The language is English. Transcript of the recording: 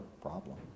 problem